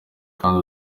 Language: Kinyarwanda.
kandi